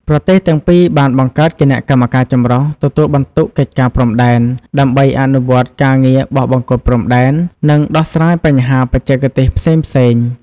ប្រទេសទាំងពីរបានបង្កើតគណៈកម្មការចម្រុះទទួលបន្ទុកកិច្ចការព្រំដែន ដើម្បីអនុវត្តការងារបោះបង្គោលព្រំដែន និងដោះស្រាយបញ្ហាបច្ចេកទេសផ្សេងៗ។